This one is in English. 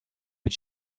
but